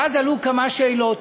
ואז עלו כמה שאלות.